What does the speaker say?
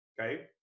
okay